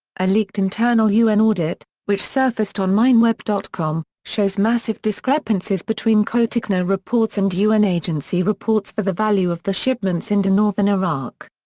a leaked internal un audit, which surfaced on mineweb com, shows massive discrepancies between cotecna reports and un agency reports for the value of the shipments into northern iraq.